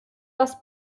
das